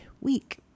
week